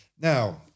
Now